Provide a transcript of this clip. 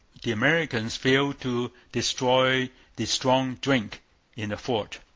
the americans failed to destroy the strong drink in the fort.